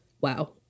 Wow